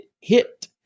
hit